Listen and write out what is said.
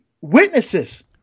witnesses